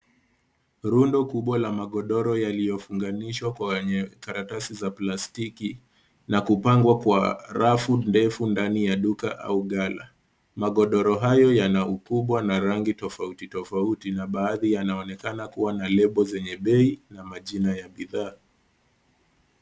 Rundo kubwa la magodoro yaliyofunganishwa kwenye karatasi za plastiki na kupangwa kwa rafu ndefu ndani ya duka au ghala. Magodoro hayo yana ukubwa na rangi tofauti tofauti na baadhi yanaonekana kuwa na lebo zenye bei na majina ya bidhaa.